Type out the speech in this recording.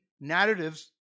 narratives